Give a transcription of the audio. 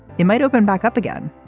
it might open back up again.